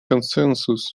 консенсус